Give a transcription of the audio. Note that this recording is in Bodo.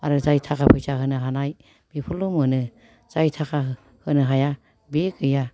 आरो जाय थाखा फैसा होनो हानाय बेफोरल' मोनो जाय थाखा होनो हाया बे गैया